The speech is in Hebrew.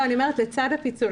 אני אומרת לצד הפיצול.